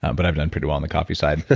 but i've done pretty well on the coffee side.